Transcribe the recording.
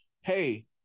hey